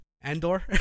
Andor